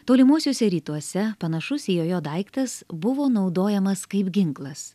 tolimuosiuose rytuose panašus į jojo daiktas buvo naudojamas kaip ginklas